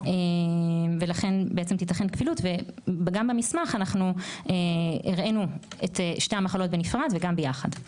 לכן תיתכן כפילות וגם במסמך הראינו את שתי המחלות בנפרד וגם ביחד.